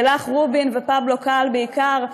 לילך רובין ופבלו קאל בעיקר,